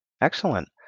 Excellent